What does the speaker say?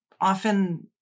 often